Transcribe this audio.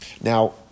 Now